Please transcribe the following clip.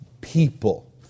people